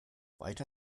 weiter